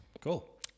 Cool